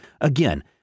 again